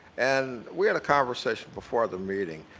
and we had a conversation before the meeting,